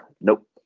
Nope